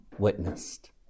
witnessed